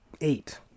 eight